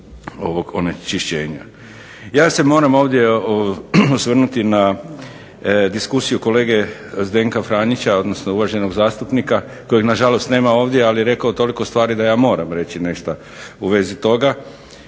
Ja se moram ovdje osvrnuti na diskusiju kolege Zdenka Franjića, odnosno uvaženog zastupnika kojeg na žalost nema ovdje, ali je rekao toliko stvari da ja moram reći nešto u vezi toga.